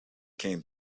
came